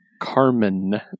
Carmen